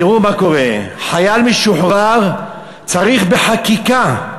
תראו מה קורה, חייל משוחרר צריך חקיקה.